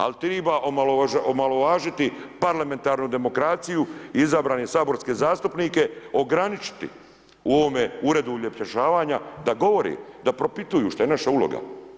Ali treba omalovažiti parlamentarnu demokraciju izabrane saborske zastupnike ograničiti u ovome uredu … da govore, da propituju što je naša uloga.